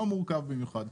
לא מורכב במיוחד.